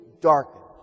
darkened